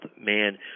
man